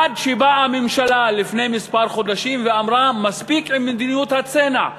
עד שבאה הממשלה לפני מספר חודשים ואמרה: מספיק עם מדיניות הצנע.